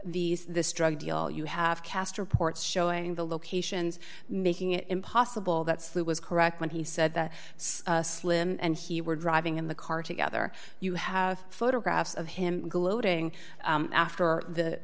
these this drug deal you have cast reports showing the locations making it impossible that slew was correct when he said that slim and he were driving in the car together you have photographs of him gloating after the